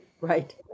right